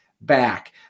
back